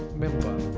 member.